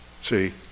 See